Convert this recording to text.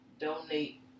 donate